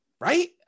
Right